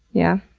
yeah.